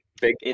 big